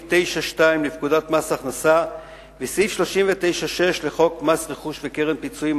9(2) לפקודת מס הכנסה וסעיף 39(6) לחוק מס רכוש וקרן פיצויים,